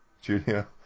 junior